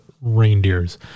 reindeers